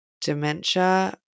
dementia